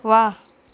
वा